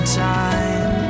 time